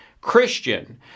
Christian